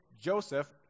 Joseph